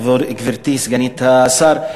גברתי סגנית השר,